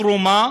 תרומה